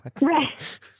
Right